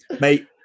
Mate